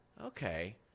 Okay